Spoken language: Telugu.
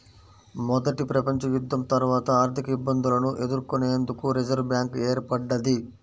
మొదటి ప్రపంచయుద్ధం తర్వాత ఆర్థికఇబ్బందులను ఎదుర్కొనేందుకు రిజర్వ్ బ్యాంక్ ఏర్పడ్డది